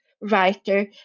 writer